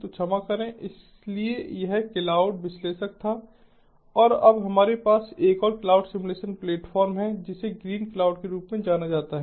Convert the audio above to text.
तो क्षमा करें इसलिए यह क्लाउड विश्लेषक था और अब हमारे पास एक और क्लाउड सिम्युलेशन प्लेटफॉर्म है जिसे ग्रीनक्लाउड के रूप में जाना जाता है